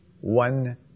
one